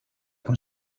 con